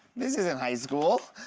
this isn't high school.